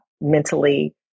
mentally